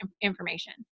information